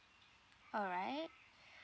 all right